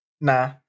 nah